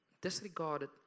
disregarded